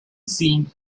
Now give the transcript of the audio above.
seemed